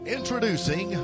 Introducing